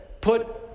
put